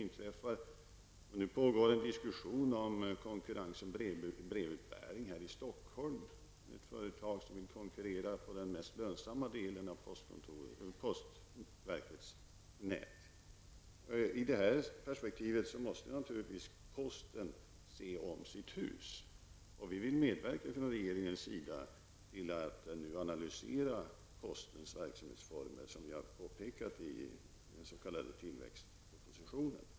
Nu pågår en diskussion om en konkurrens om brevbäringen här i Stockholm. Ett företag vill konkurrera på den mest lönsamma delen av postverkets nät. I detta perspektiv måste posten naturligtvis se om sitt hus. Vi vill från regeringens sida medverka till en analys av postens verksamhetsformer, vilket jag påpekar i tilläggspropositionen.